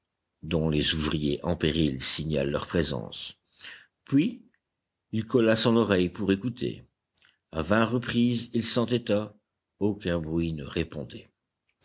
dont les ouvriers en péril signalent leur présence puis il colla son oreille pour écouter a vingt reprises il s'entêta aucun bruit ne répondait